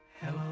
Hello